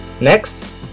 Next